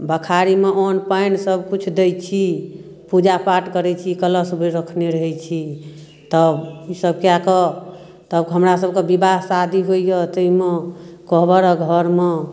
बखारीमे अन्न पानि सबकिछु दै छी पूजापाठ करै छी कलश भरि रखने रहै छी तब ई सब कए कऽ तऽ हमरा सबके बिवाह शादी होइए तैमे कोहबर घरमे